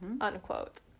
unquote